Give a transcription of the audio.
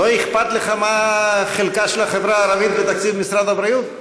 לא אכפת לך מה חלקה של החברה הערבית בתקציב משרד הבריאות?